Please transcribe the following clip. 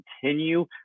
continue